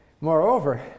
Moreover